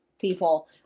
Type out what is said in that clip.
people